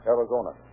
Arizona